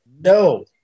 No